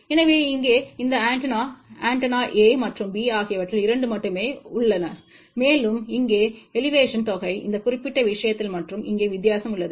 எனவே இங்கே இந்த ஆண்டெனா ஆண்டெனா A மற்றும் B ஆகியவற்றில் 2 மட்டுமே உள்ளன மேலும் இங்கே எலிவேஷன் தொகை இந்த குறிப்பிட்ட விஷயத்தில் மற்றும் இங்கே வித்தியாசம் உள்ளது